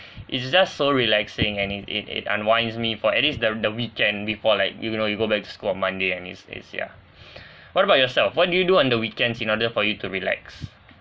it's just so relaxing and it it it unwinds me for at least the the weekend before like you know you go back to school on monday and it's it's yeah what about yourself what do you do on the weekends in order for you to relax